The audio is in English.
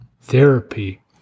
therapy